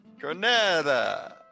Cornetta